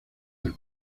del